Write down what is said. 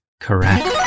correct